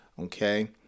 Okay